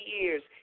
years